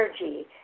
energy